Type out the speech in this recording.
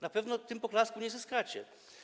Na pewno tym poklasku nie zyskacie.